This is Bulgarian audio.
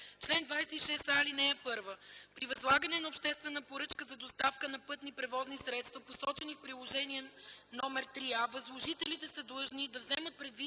чл. 26а: „Чл. 26а. (1) При възлагане на обществена поръчка за доставка на пътни превозни средства, посочени в Приложение № 3а, възложителите са длъжни да вземат предвид